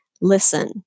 listen